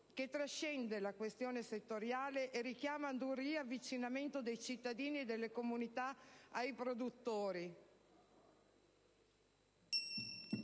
che trascende la questione settoriale e richiama ad un riavvicinamento dei cittadini e delle comunità ai produttori,